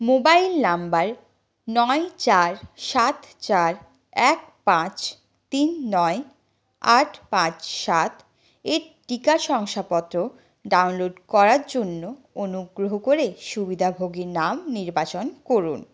mobile number নয় চার সাত চার এক পাঁচ তিন নয় আট পাঁচ সাত এর টিকা শংসাপত্র ডাউনলোড করার জন্য অনুগ্রহ করে সুবিধাভোগীর নাম নির্বাচন করুন